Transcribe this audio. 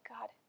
God